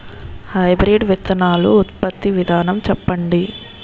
Hybrid విత్తనాలు ఉత్పత్తి విధానం చెప్పండి?